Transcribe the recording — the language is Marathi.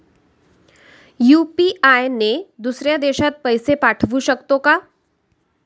यु.पी.आय ने दुसऱ्या देशात पैसे पाठवू शकतो का?